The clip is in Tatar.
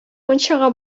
мунчага